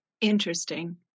Interesting